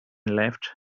left